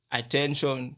attention